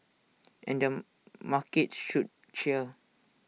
and the markets should cheer